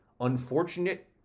...unfortunate